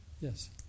Yes